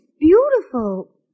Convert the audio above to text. beautiful